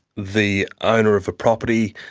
the owner of a property,